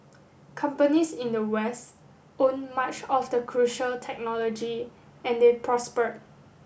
companies in the West owned much of the crucial technology and they prospered